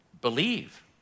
believe